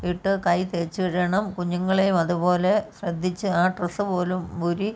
ഇട്ടു കൈ തേച്ചു കഴുകണം കുഞ്ഞുങ്ങളെയും അതു പോലെ ശ്രദ്ധിച്ച് ആ ഡ്രസ്സ് പോലും ഊരി